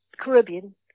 Caribbean